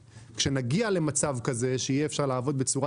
כשנגיע למצב כזה שאפשר יהיה לעבוד בצורה